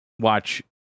watch